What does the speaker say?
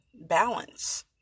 balance